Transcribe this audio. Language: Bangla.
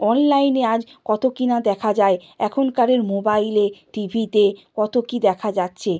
অনলাইনে আজ কত কী না দেখা যায় এখনকারের মোবাইলে টিভিতে কত কী দেখা যাচ্ছে